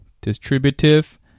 distributive